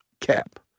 Cap